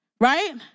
right